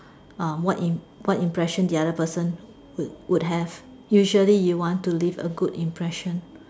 uh what in what impression the other person would would have usually you want to leave a good impression